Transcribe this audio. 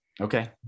Okay